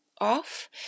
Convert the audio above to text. off